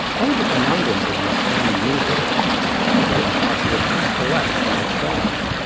one of the conundrums of an expanding universe is that parts of it must collapse to make stars.